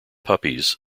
puppies